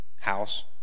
house